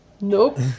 Nope